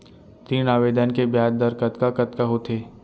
ऋण आवेदन के ब्याज दर कतका कतका होथे?